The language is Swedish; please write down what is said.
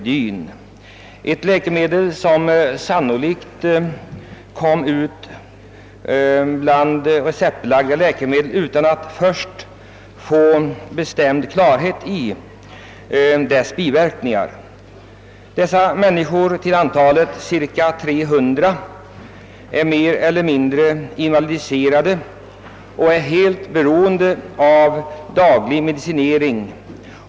Det är ett läkemedel som sannolikt utläppts och blivit receptbelagt utan att man dessförinnan vunnit någon riktig klarhet i dess biverkningar. De cirka 300 människor det här gäller är mer eller mindre invalidiserade och helt beroende av daglig medicinering.